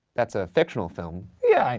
that's a fictional film. yeah,